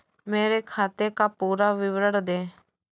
मेरे खाते का पुरा विवरण दे?